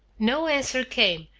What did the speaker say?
no answer came,